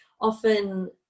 Often